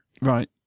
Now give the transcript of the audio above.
right